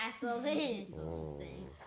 Gasoline